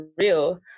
real